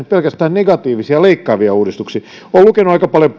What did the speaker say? pelkästään negatiivisia leikkaavia uudistuksia olen lukenut aika paljon